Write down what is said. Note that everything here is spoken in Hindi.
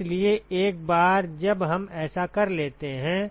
इसलिए एक बार जब हम ऐसा कर लेते हैं